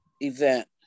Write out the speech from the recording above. event